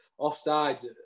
offsides